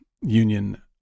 union